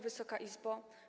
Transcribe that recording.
Wysoka Izbo!